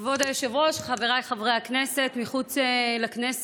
כבוד היושב-ראש, חבריי חברי הכנסת, מחוץ לכנסת